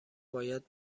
باید